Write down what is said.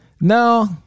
No